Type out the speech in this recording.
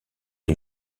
les